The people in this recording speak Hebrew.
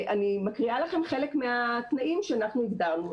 אני מקריאה לכם חלק מהתנאים שאנחנו הגדרנו.